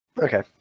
Okay